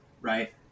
right